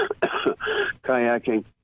kayaking